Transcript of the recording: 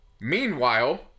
Meanwhile